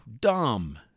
dumb